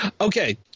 Okay